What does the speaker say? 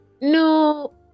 no